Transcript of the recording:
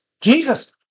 Jesus